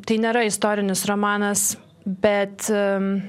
tai nėra istorinis romanas bet